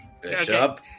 Bishop